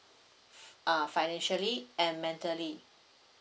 uh financially and mentally